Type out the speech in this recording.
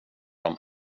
dem